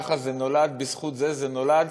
ככה זה נולד, בזכות זה זה נולד,